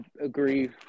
agree